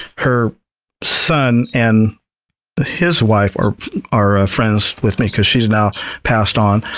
her son and his wife are are ah friends with me, because she's now passed on.